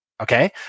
Okay